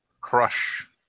crush